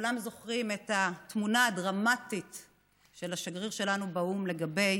כולם זוכרים את התמונה הדרמטית של השגריר שלנו באו"ם לגבי